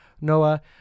Noah